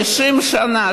50 שנה,